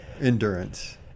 endurance